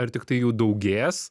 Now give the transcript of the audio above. ar tiktai jų daugės